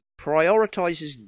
prioritizes